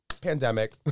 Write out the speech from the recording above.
pandemic